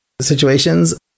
situations